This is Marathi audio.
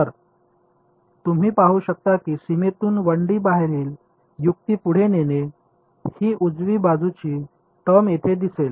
तर तुम्ही पाहु शकता की सीमेतून 1D बाहेरील युक्ती पुढे नेणे ही उजवी बाजूची टर्म येथे दिसेल